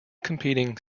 competing